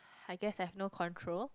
I guess have no control